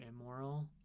immoral